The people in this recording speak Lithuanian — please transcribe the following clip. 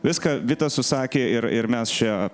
viską vita susakė ir ir mes čia